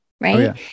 right